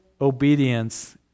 obedience